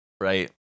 Right